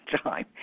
time